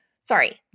Sorry